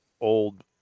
old